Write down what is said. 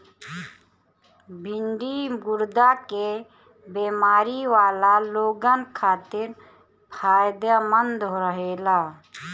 भिन्डी गुर्दा के बेमारी वाला लोगन खातिर फायदमंद रहेला